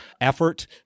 effort